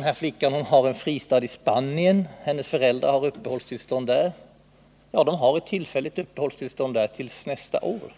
mig, att flickan har en fristad i Spanien, hennes föräldrar har uppehållstillstånd där. Ja, de har ett tillfälligt uppehållstillstånd där till nästa år.